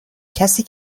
کسی